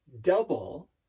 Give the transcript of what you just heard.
double